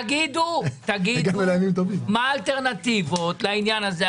תגידו מה האלטרנטיבות לעניין הזה.